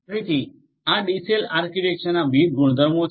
તેથી આ ડીસેલ આર્કિટેક્ચરના વિવિધ ગુણધર્મો છે